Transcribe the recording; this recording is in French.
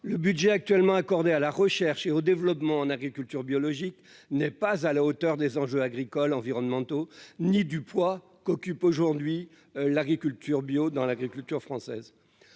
le budget actuellement accordés à la recherche et au développement en agriculture biologique n'est pas à la hauteur des enjeux agricoles environnementaux ni du poids qu'occupe aujourd'hui l'agriculture bio dans l'agriculture française